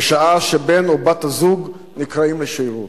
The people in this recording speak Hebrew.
בשעה שבן או בת הזוג נקראים לשירות.